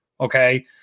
Okay